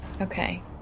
Okay